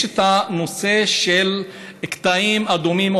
יש את הנושא של קטעים אדומים.